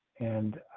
and